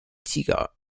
tigres